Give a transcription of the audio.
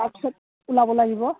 তাৰপিছত ওলাব লাগিব